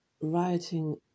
writing